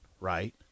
right